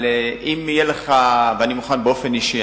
אני מוכן באופן אישי,